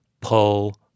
pull